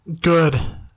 good